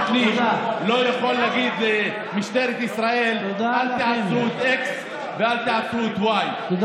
לא, זו לא תשובה מספקת.